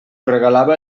regalava